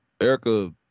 Erica